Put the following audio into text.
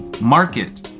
Market